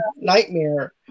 Nightmare